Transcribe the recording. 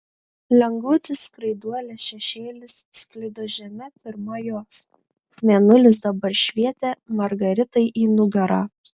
lengvutis skraiduolės šešėlis slydo žeme pirma jos mėnulis dabar švietė margaritai į nugarą